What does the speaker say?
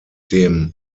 dem